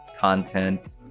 content